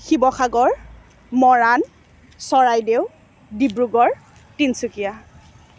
Sivasagar Moran Charaideo Dibrugarh Tinsukia